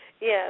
Yes